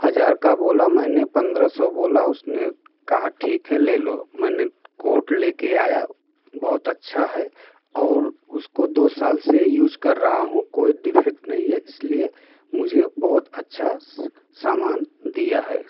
हजार का बोला मैंने पंद्रह सौ बोला उसने कहा ठीक है ले लो मैंने कोट लेके आया बहुत अच्छा है और उसको दो साल से यूज कर रहा हूँ कोई डिफ़ेक्ट नहीं है इसीलिए मुझे बहुत अच्छा सामान दिया है